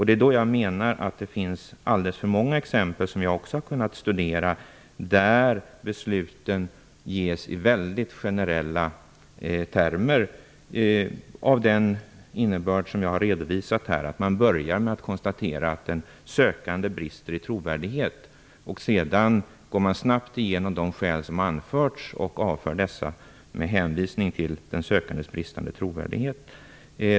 Men jag menar att det finns alldeles för många exempel, som jag också har kunnat studera, där beslutsskälen anges i väldigt generella termer med den innebörd som jag har redovisat här. Man börjar med att konstatera att den sökande brister i trovärdighet. Sedan går man snabbt igenom de skäl som har anförts och avfärdar dessa med hänvisning till den sökandes bristande trovärdighet.